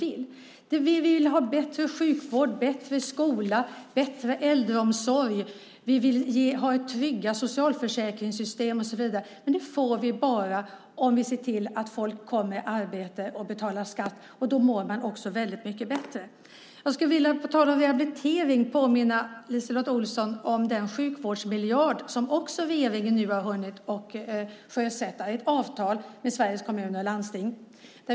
Vi vill ha bättre sjukvård, bättre skola, bättre äldreomsorg. Vi vill ha trygga socialförsäkringssystem och så vidare. Det får vi bara om vi ser till att folk kommer i arbete och betalar skatt. Då mår man också väldigt mycket bättre. Jag skulle vilja på tal om rehabilitering påminna LiseLotte Olsson om den sjukvårdsmiljard som regeringen har hunnit sjösätta, ett avtal mellan Sveriges kommuner och landsting.